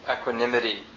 equanimity